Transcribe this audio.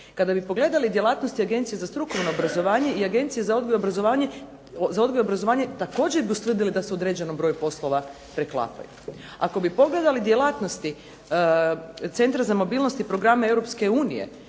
Kada bi pogledali djelatnosti Agencije za strukovno obrazovanje i Agencije za odgoj i obrazovanje također bi ustvrdili za da se u određenom broju poslova preklapaju. Ako bi pogledali djelatnosti Centra za mobilnosti programa